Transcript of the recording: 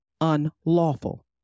unlawful